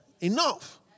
enough